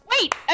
wait